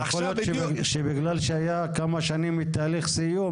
יכול להיות שבגלל שהוא היה כמה שנים בתהליך סיום,